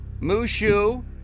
Mushu